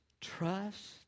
trust